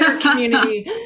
community